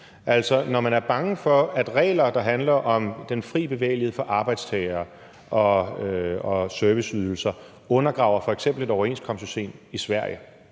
Altså, når man er bange for, at regler, der handler om den fri bevægelighed for arbejdstagere og serviceydelser, undergraver f.eks. et overenskomstsystem i Sverige